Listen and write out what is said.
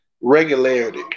regularity